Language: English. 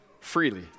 freely